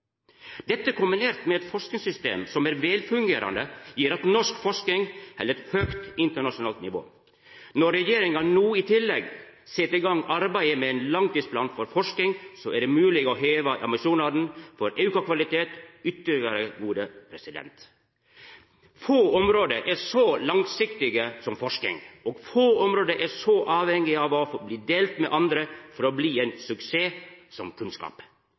Dette – kombinert med eit forskingssystem som er velfungerande – gjer at norsk forsking held eit høgt internasjonalt nivå. Når regjeringa no i tillegg set i gang arbeidet med ein langtidsplan for forsking, er det mogleg å heva ambisjonane for auka kvalitet ytterlegare. Få område er så langsiktige som forsking, og få område er så avhengige av å bli delt med andre for å bli ein suksess som kunnskap.